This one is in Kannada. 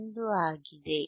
1 ಆಗಿದೆ